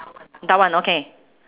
down [one] okay